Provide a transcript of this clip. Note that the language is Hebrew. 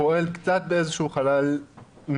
פועל קצת באיזה שהוא חלל נפרד.